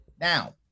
Now